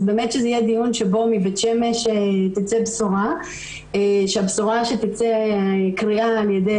שיהיה דיון שבו מבית שמש תצא בשורה והבשורה שתצא היא קריאה על ידי